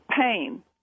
pain